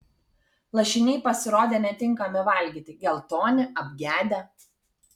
lašiniai pasirodė netinkami valgyti geltoni apgedę